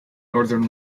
northern